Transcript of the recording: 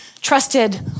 trusted